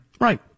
Right